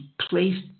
placed